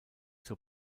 zur